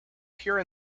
pure